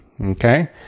okay